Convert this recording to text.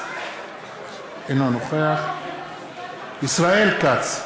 אינו נוכח ישראל כץ,